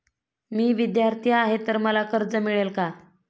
मी विद्यार्थी आहे तर मला कर्ज मिळेल का?